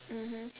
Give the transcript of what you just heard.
mmhmm